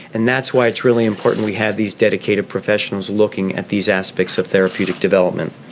and that's why it's really important we have these dedicated professionals looking at these aspects of therapeutic development